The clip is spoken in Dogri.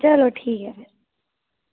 चलो ठीक ऐ